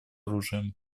оружия